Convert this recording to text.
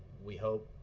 we hope